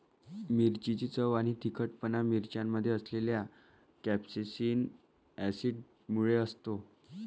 मिरचीची चव आणि तिखटपणा मिरच्यांमध्ये असलेल्या कॅप्सेसिन ऍसिडमुळे असतो